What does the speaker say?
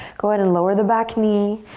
go ahead and lower the back knee.